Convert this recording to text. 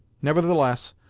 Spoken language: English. nevertheless,